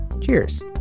Cheers